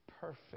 perfect